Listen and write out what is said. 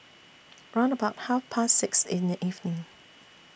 round about Half Past six in The evening